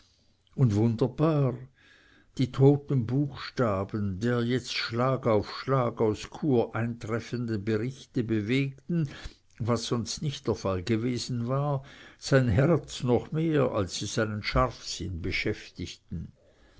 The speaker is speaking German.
und wunderbar die toten buchstaben der jetzt schlag auf schlag aus chur eintreffenden berichte bewegten was sonst nicht der fall gewesen war sein herz noch mehr als sie seinen scharfsinn beschäftigten